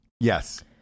Yes